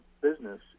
business